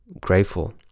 grateful